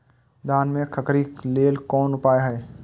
धान में खखरी लेल कोन उपाय हय?